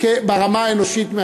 ברמה האנושית,